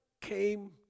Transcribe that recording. came